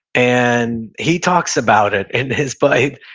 and he talks about it in his book.